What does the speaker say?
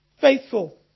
Faithful